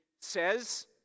says